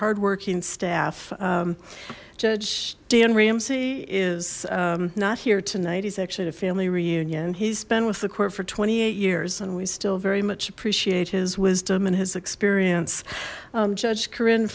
hardworking staff judge dan ramsey is not here tonight he's actually at a family reunion he's been with the court for twenty eight years and we still very much appreciate his wisdom and his experience judge corr